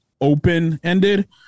open-ended